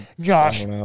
Josh